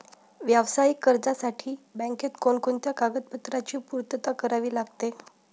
व्यावसायिक कर्जासाठी बँकेत कोणकोणत्या कागदपत्रांची पूर्तता करावी लागते?